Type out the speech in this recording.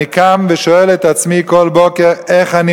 אני קם ושואל את עצמי כל בוקר איך אני